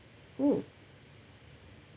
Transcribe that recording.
oo